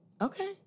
Okay